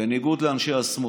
בניגוד לאנשי השמאל.